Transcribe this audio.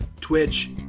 Twitch